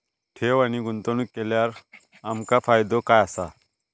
ठेव आणि गुंतवणूक केल्यार आमका फायदो काय आसा?